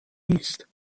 نیست